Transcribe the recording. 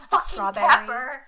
strawberry